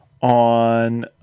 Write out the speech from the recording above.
on